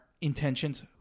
intentions